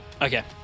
Okay